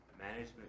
management